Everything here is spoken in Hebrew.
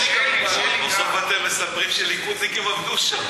ובסוף אתם מספרים שליכודניקים עבדו שם,